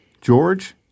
George